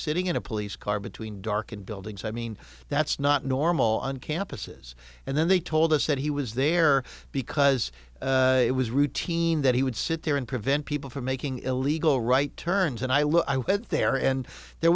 sitting in a police car between darkened buildings i mean that's not normal on campuses and then they told us that he was there because it was routine that he would sit there and prevent people from making illegal right turns and i went there and there